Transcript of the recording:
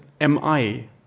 MI